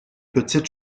petites